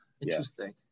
Interesting